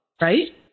right